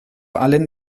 allen